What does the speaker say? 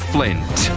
Flint